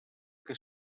que